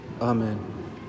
Amen